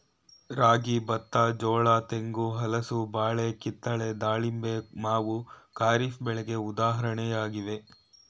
ರಾಗಿ, ಬತ್ತ, ಜೋಳ, ತೆಂಗು, ಹಲಸು, ಬಾಳೆ, ಕಿತ್ತಳೆ, ದಾಳಿಂಬೆ, ಮಾವು ಖಾರಿಫ್ ಬೆಳೆಗೆ ಉದಾಹರಣೆಯಾಗಿವೆ